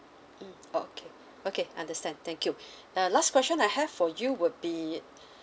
mm okay okay understand thank you uh last question I have for you would be